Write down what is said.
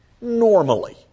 Normally